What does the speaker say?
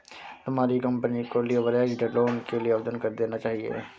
तुम्हारी कंपनी को leveraged loan के लिए आवेदन कर देना चाहिए